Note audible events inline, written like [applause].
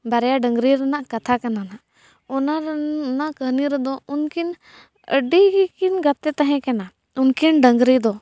ᱵᱟᱨᱭᱟ ᱰᱟᱝᱨᱤ ᱨᱮᱱᱟᱜ ᱠᱟᱛᱷᱟ ᱠᱟᱱᱟ ᱱᱟᱦᱟᱜ [unintelligible] ᱚᱱᱟ ᱠᱟᱹᱦᱱᱤ ᱨᱮᱫᱚ ᱩᱱᱠᱤᱱ ᱟᱹᱰᱤ ᱜᱤᱠᱤᱱ ᱜᱟᱛᱮ ᱛᱟᱦᱮᱸ ᱠᱟᱱᱟ ᱩᱱᱠᱤᱱ ᱰᱟᱝᱨᱤ ᱫᱚ